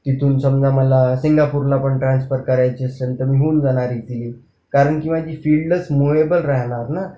तिथून समजा मला सिंगापूरला पण ट्रान्सफर करायची संधी पण होऊन जाणार इझिली कारण की माझी फिल्डच मुव्हेबल राहणार ना